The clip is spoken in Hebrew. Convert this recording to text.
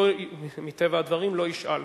מטבע הדברים לא ישאל.